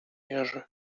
jerzy